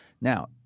Now